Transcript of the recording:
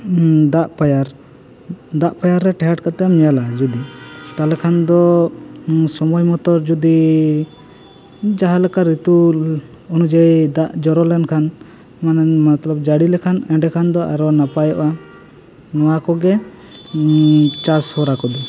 ᱫᱟᱜ ᱯᱟᱭᱟᱨ ᱫᱟᱜ ᱯᱟᱭᱟᱨ ᱨᱮ ᱴᱮᱦᱟᱴ ᱠᱟᱛᱮ ᱮᱢ ᱧᱮᱞᱟ ᱡᱩᱫᱤ ᱛᱟᱦᱚᱞᱮ ᱠᱷᱟᱱ ᱫᱚ ᱥᱚᱢᱚᱭ ᱢᱟᱛᱚ ᱡᱩᱫᱤ ᱡᱟᱦᱟᱸ ᱞᱮᱠᱟ ᱨᱤᱛᱩ ᱚᱱᱩᱡᱟᱭᱤ ᱫᱟᱜ ᱡᱚᱨᱚ ᱞᱮᱠᱷᱟᱱ ᱢᱮᱱᱮᱱ ᱢᱟᱛᱞᱟᱵᱽ ᱡᱟᱹᱲᱤ ᱞᱮᱠᱷᱟᱱ ᱮᱱᱰᱮ ᱠᱷᱟᱱ ᱫᱚ ᱟᱨᱚ ᱱᱟᱯᱟᱭᱚᱜᱼᱟ ᱱᱚᱣᱟ ᱠᱚ ᱜᱮ ᱪᱟᱥ ᱦᱚᱨᱟ ᱠᱚ ᱫᱚ